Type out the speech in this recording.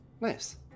nice